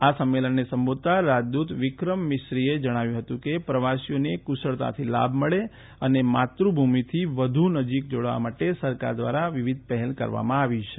આ સંમલેનને સંબોધતાં રાજદુત વિક્રમ મિશ્રીએ જણાવ્યું હતું કે પ્રવાસીઓને કુશળતાથી લાભ મળે અને માતૂભૂમિથી વધુ નજીકથી જોડાવા માટે સરકાર દ્વારા વિવિધ પહેલ કરવામાં આવી છે